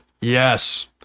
Yes